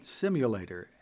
simulator